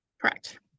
correct